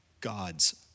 God's